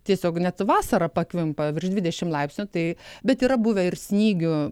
tiesiog net vasarą pakvimpa virš dvidešim laipsnių tai bet yra buvę ir snygių